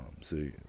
See